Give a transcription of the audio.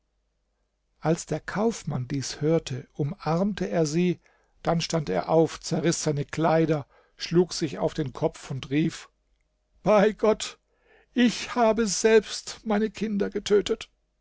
als der kaufmann dies hörte umarmte er sie dann stand er auf zerriß seine kleider schlug sich auf den kopf und rief bei gott ich habe selbst meine kinder getötet